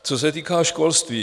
Co se týká školství.